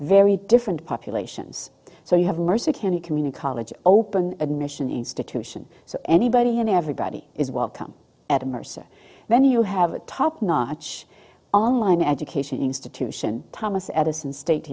very different populations so you have mercer county community college open admission institution so anybody and everybody is welcome at a mercer when you have a top notch online education institution thomas edison state